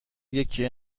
یکی